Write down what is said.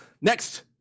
Next